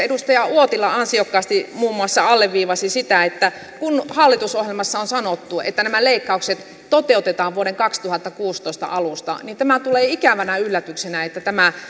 edustaja uotila ansiokkaasti alleviivasi sitä että kun hallitusohjelmassa on sanottu että nämä leikkaukset toteutetaan vuoden kaksituhattakuusitoista alusta niin tämä tulee ikävänä yllätyksenä että tämä